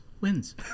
wins